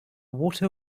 water